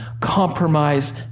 compromise